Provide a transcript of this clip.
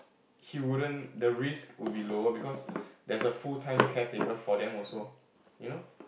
he wouldn't the risk would be lower because there's a full time caretaker for them also you know